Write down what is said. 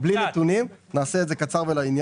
בלי נתונים, נעשה את זה קצר ולעניין.